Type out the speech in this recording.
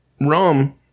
rum